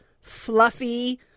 fluffy